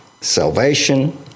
salvation